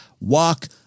Walk